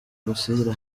gushyira